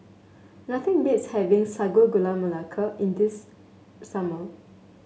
nothing beats having Sago Gula Melaka in this summer